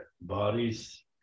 bodies